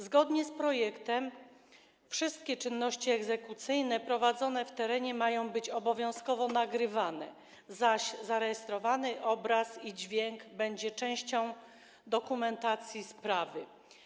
Zgodnie z projektem wszystkie czynności egzekucyjne prowadzone w terenie mają być obowiązkowo nagrywane, zaś zarejestrowany obraz i dźwięk będą częścią dokumentacji sprawy.